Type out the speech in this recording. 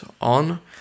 on